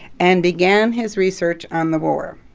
and began his research on the war.